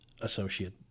associate